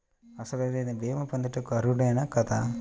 అసలు నేను భీమా పొందుటకు అర్హుడన కాదా?